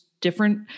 different